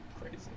crazy